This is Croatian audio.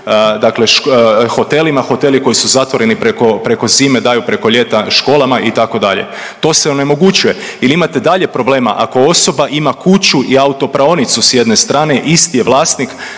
dakle hotelima, hoteli koji su zatvoreni preko, preko zime daju preko ljeta školama itd., to se onemogućuje. Ili imate dalje problema ako osoba ima kuću i autopraonicu s jedne strane, isti je vlasnik,